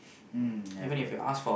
mm ya correct correct